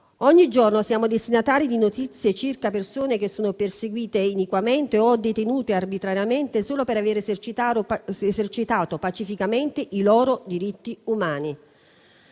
Ogni giorno siamo destinatari di notizie circa persone che sono perseguite iniquamente o detenute arbitrariamente solo per aver esercitato pacificamente i loro diritti umani.